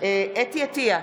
חוה אתי עטייה,